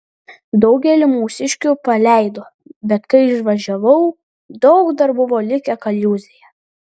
daugelį mūsiškių paleido bet kai išvažiavau daug dar buvo likę kaliūzėje